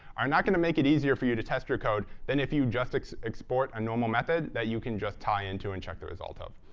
are not going to make it easier for you to test your code than if you just export a normal method that you can just tie into and check the result of.